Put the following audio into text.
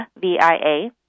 V-I-A